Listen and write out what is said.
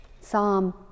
Psalm